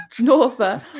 Norther